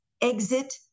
exit